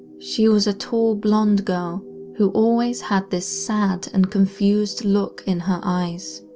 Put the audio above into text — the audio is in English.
she was a tall blonde girl who always had this sad and confused look in her eyes.